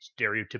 stereotypical